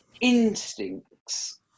instincts